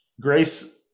Grace